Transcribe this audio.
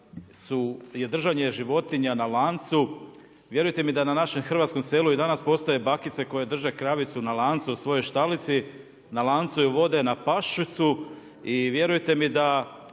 je držanje životinja na lancu, vjerujte mi da na našem hrvatskom selu i danas postoje bakice koje drže kravicu na lancu u svojoj štalici, na lancu ju vode na pašicu i vjerujte mi da